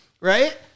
right